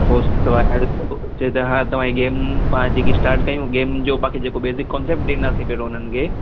त पोइ अथव जे हा त तव्हांजी गेम पाण जेकी स्टार्ट कयूं गेम जो बाक़ी जेको बेज़िक कॉन्सेपिट ॾींदासीं गेम जो उन्हनि खे